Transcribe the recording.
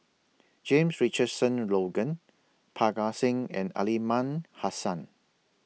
James Richardson Logan Parga Singh and Aliman Hassan